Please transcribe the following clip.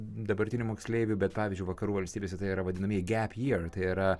dabartinių moksleivių bet pavyzdžiui vakarų valstybėse tai yra vadinamieji gep jier tai yra